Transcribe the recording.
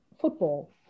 football